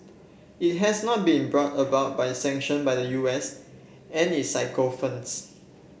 it has not been brought about by sanctions by the U S and its sycophants